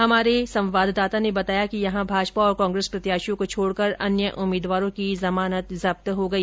हमारे संवाददाता ने बताया कि यहां भाजपा और कांग्रेस प्रत्याशियों को छोड़कर अन्य उम्मीदवारों की जमानत जब्त हो गई